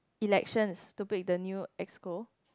elections to pick the new Exco